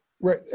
Right